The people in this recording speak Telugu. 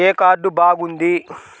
ఏ కార్డు బాగుంది?